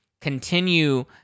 continue